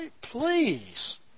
please